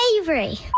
Avery